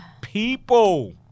People